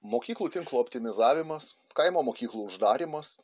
mokyklų tinklo optimizavimas kaimo mokyklų uždarymas